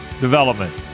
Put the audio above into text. development